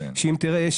שאם תראה,